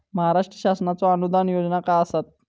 महाराष्ट्र शासनाचो अनुदान योजना काय आसत?